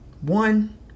One